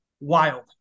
wild